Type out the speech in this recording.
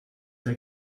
der